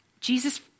Jesus